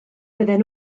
bydden